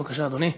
בבקשה, אדוני.